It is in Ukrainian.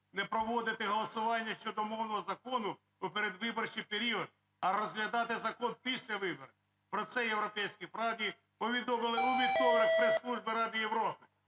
не проводити голосування щодо мовного закону у передвиборчий період, а розглядати закон після виборів. Про це "Європейській правді" повідомила у вівторок прес-служба Ради Європи.